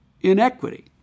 inequity